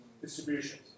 distributions